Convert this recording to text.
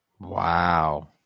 Wow